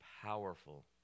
Powerful